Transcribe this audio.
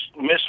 miss